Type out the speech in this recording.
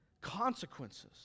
Consequences